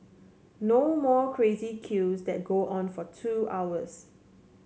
no more crazy queues that go on for two hours